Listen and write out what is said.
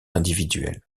individuel